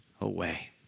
away